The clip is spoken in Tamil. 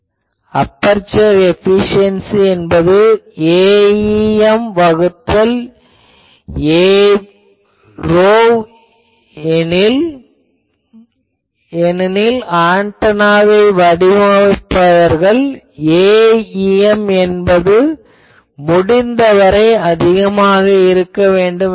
அபெர்சர் ஏபிசியென்சி என்பது Aem வகுத்தல் Ap ஏனெனில் ஆன்டெனாவை வடிவமைப்பவர்கள் Aem என்பது முடிந்தவரை அதிகமாக இருக்க வேண்டும் என்பர்